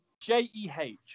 J-E-H